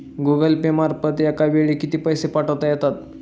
Google Pay मार्फत एका वेळी किती पैसे पाठवता येतात?